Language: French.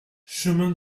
chemin